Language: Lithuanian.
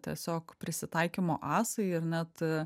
tiesiog prisitaikymo asai ir net